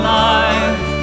life